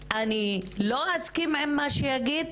אני לא אסכים עם מה שיגיד,